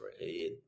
right